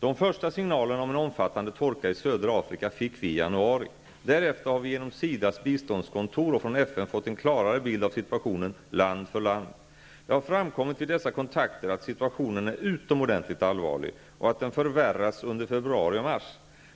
De första signalerna om en omfattande torka i södra Afrika fick vi i januari. Därefter har vi genom SIDA:s biståndskontor och från FN fått en klarare bild av situationen land för land. Det har vid dessa kontakter framkommit att situationen är utomordentligt allvarlig och att den förvärrats under februari och mars.